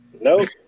Nope